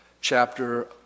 chapter